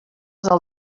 del